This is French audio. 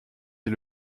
est